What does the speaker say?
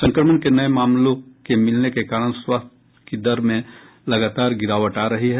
संक्रमण के नये मामलों के मिलने के कारण स्वस्थ होने की दर में लगातार गिरावट आ रही है